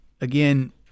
again